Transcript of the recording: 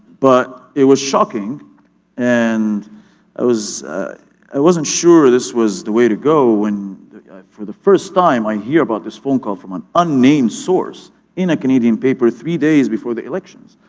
but it was shocking and i wasn't sure this was the way to go when for the first time i hear about this phone call from an unnamed source in a canadian paper three days before the elections,